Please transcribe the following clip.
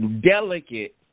delicate